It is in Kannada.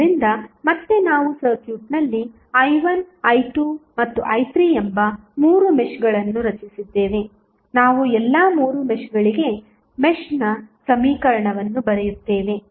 ಆದ್ದರಿಂದ ಮತ್ತೆ ನಾವು ಸರ್ಕ್ಯೂಟ್ನಲ್ಲಿ i1 i2 ಮತ್ತು i3 ಎಂಬ ಮೂರು ಮೆಶ್ಗಳನ್ನು ರಚಿಸಿದ್ದೇವೆ ನಾವು ಎಲ್ಲಾ ಮೂರು ಮೆಶ್ಗಳಿಗೆ ಮೆಶ್ನ ಸಮೀಕರಣವನ್ನು ಬರೆಯುತ್ತೇವೆ